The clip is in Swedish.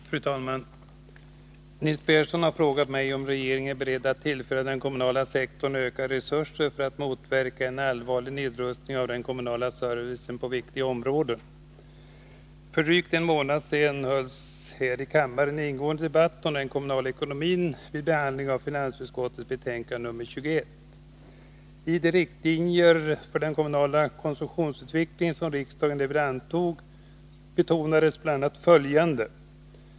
Fru talman! Nils Berndtson har frågat mig om regeringen är beredd att tillföra den kommunala sektorn ökade resurser för att motverka en allvarlig nedrustning av den kommunala servicen på viktiga områden. För drygt en månad sedan hölls här i kammaren en ingående debatt om den kommunala ekonomin vid behandlingen av finansutskottets betänkande 1981/82:21. I de riktlinjer för den kommunala konsumtionsutvecklingen som riksdagen därvid antog betonas bl.a. följande.